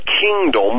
kingdom